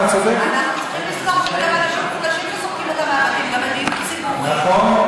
אנחנו צריכים לזכור, נכון.